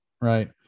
right